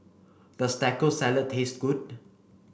does Taco Salad taste good